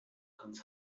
ganz